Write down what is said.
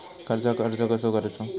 कर्जाक अर्ज कसो करूचो?